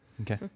Okay